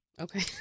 Okay